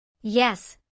Yes